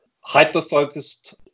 hyper-focused